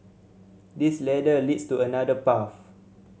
this ladder leads to another path